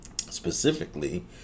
specifically